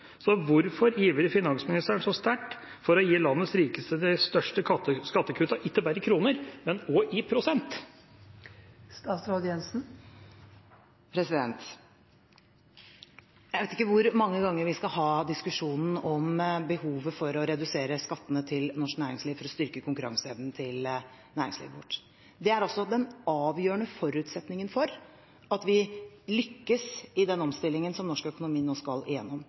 Så hvorfor ivrer finansministeren så sterkt for å gi landets rikeste de største skattekuttene ikke bare i kroner, men også i prosent? Jeg vet ikke hvor mange ganger vi skal ha diskusjonen om behovet for å redusere skattene til norsk næringsliv for å styrke konkurranseevnen til næringslivet vårt. Det er også den avgjørende forutsetningen for at vi lykkes i den omstillingen som norsk økonomi nå skal